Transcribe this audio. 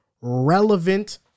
relevant